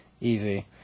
easy